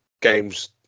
games